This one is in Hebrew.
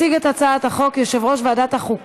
החלטת ועדת הפנים